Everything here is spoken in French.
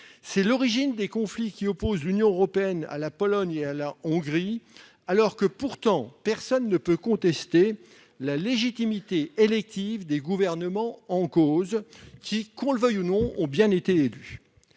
Voilà l'origine des conflits qui opposent l'Union européenne à la Pologne et à la Hongrie, alors que personne ne peut contester la légitimité élective des gouvernements en cause : qu'on le veuille ou non, ils ont bel et bien été élus